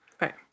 Right